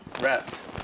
wrapped